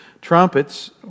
trumpets